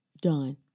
done